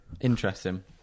Interesting